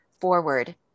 forward